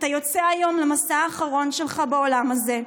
אתה יוצא היום למסע האחרון שלך בעולם הזה.